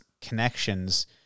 connections